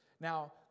Now